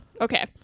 Okay